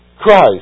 Christ